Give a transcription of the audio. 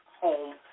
home